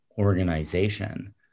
organization